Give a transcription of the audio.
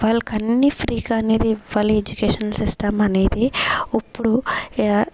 వాళ్ళకన్నీ ఫ్రీగా అనేది ఇవ్వాలి ఎడ్యుకేషన్ సిస్టమ్ అనేది ఇప్పుడు ఏ